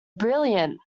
brilliant